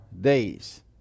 days